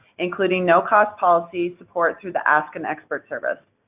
including no-cost policy support through the ask an expert service.